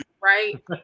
right